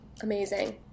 Amazing